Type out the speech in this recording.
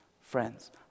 Friends